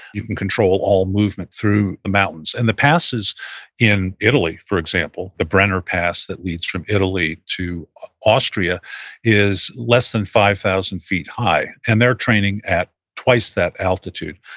you can control all movement through the mountains. and the passes in italy, for example, the brenner pass that leads from italy to austria is less than five thousand feet high, and they're training at twice that altitude.